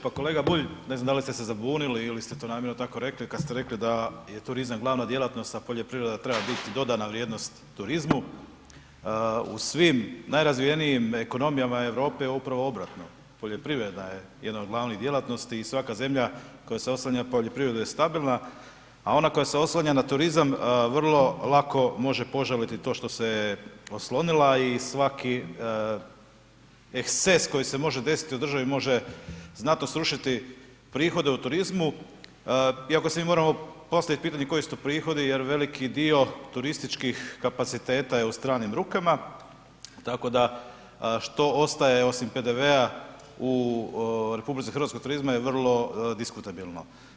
Pa kolega Bulj, ne znam da li ste se zabunili ili ste namjerno to tako rekli kad ste rekli da je turizam glavna djelatnost a poljoprivreda treba biti dodana vrijednost turizmu, u svim najrazvijenijim ekonomijama Europe je upravo obratno, poljoprivreda je jedna od glavnih djelatnosti i svaka zemlja koja se oslanja na poljoprivredu je stabilna a ona koja se oslanja na turizam vrlo lako može požaliti to što se oslonila i svaki eksces koji se može desiti u državi može znatno srušiti prihode u turizmu iako si mi moramo postaviti pitanje koji su to prihodi jer veliki dio turističkih kapaciteta je u stranim rukama tako da što ostaje osim PDV-a u RH od turizma je vrlo diskutabilno.